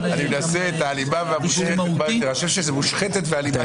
אני חושב שזה מושחתת ואלימה.